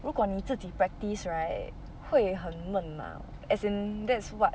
如果你自己 practice right 会很闷 lah as in that's what